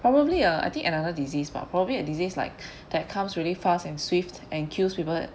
probably a I think another disease bah but probably a disease like that comes really fast and swift and kills people that